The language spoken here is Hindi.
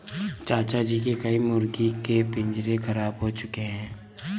चाचा जी के कई मुर्गी के पिंजरे खराब हो चुके हैं